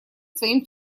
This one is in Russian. своим